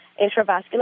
intravascular